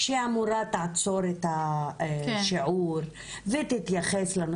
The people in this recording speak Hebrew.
שהמורה תעצור את השיעור ותתייחס לנושא,